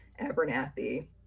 Abernathy